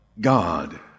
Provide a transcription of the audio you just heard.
God